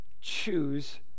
Choose